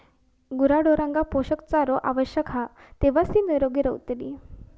गुराढोरांका पोषक चारो आवश्यक हा तेव्हाच ती निरोगी रवतली